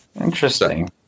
Interesting